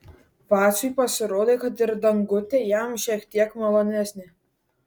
vaciui pasirodė kad ir dangutė jam šiek tiek malonesnė